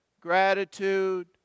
gratitude